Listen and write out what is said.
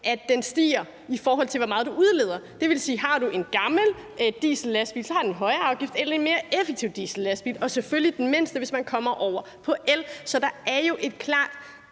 at den stiger, i forhold til hvor meget du udleder. Det vil sige, at har du en gammel diesellastbil, har den en højere afgift end en mere effektiv diesellastbil, og det er selvfølgelig den mindste, hvis man kommer over på el. Så der er jo et klart